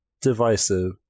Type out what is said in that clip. divisive